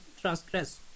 transgress